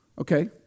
Okay